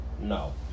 No